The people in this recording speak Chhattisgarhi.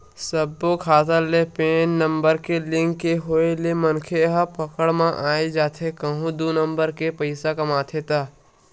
सब्बो खाता ले पेन नंबर के लिंक के होय ले मनखे ह पकड़ म आई जाथे कहूं दू नंबर के पइसा कमाथे ता